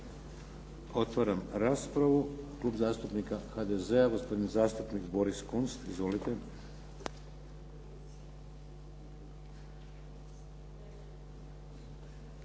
Otvaram raspravu. Klub zastupnika HDZ-a, gospodin zastupnik Boris Kunst. Izvolite.